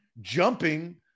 jumping